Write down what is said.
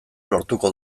lortuko